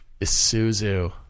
Isuzu